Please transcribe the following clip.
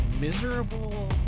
miserable